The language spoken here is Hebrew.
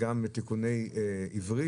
יש גם תיקוני עברית,